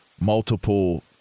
multiple